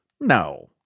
No